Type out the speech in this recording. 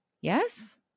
Yes